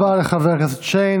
תודה רבה לחבר הכנסת שיין.